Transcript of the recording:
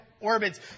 orbits